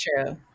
true